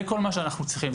זה מה שאנחנו צריכים.